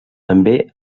també